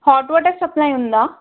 hot water supply ఉందా